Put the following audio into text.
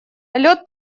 лед